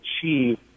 achieve